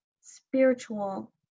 spiritual